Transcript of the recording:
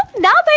now? but